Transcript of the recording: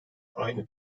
aynı